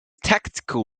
tactical